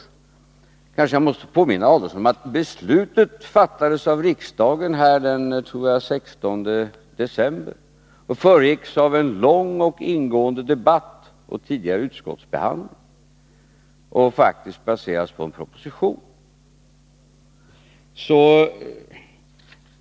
Jag kanske måste påminna Ulf Adelsohn om att beslutet fattades av riksdagen den 16 december. Det föregicks av en lång och ingående debatt och av tidigare behandling i utskottet, och det baseras faktiskt på en proposition.